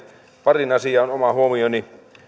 pariin asiaan oma huomioni